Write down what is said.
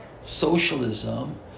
Socialism